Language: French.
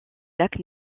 lacs